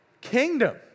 kingdom